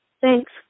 Thanks